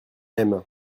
aime